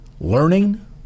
learning